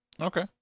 Okay